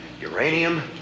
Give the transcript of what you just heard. uranium